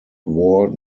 war